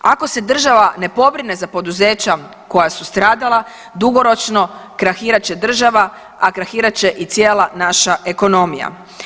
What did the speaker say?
Ako se država ne pobrine za poduzeća koja su stradala dugoročno krahirat će država, a krahirat će i cijela naša ekonomija.